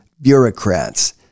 bureaucrats